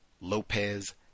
Lopez